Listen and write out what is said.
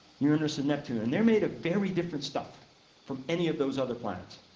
uranus and neptune and they're made of very different stuff from any of those other planets.